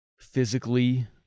physically